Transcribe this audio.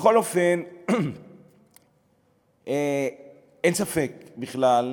בכל אופן, אין ספק בכלל,